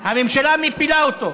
הממשלה מפילה אותו.